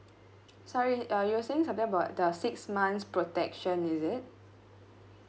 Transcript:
sorry uh you were saying something about the six months protection is it